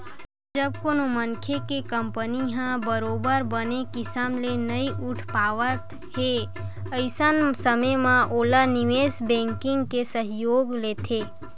जब कोनो मनखे के कंपनी ह बरोबर बने किसम ले नइ उठ पावत हे अइसन समे म ओहा निवेस बेंकिग के सहयोग लेथे